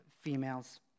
females